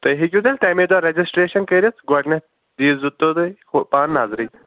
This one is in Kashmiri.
تُہۍ ہٮ۪کیو تیٚلہِ تَمے دۄہ رَجسٹریشن کٔرِتھ گۄڈنٮ۪تھ دیٖزیٚو تُہۍ ہُہ پہم نظرٕے